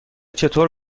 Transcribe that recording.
چطور